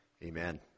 Amen